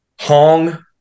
Hong